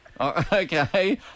Okay